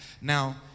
Now